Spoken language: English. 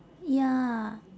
ya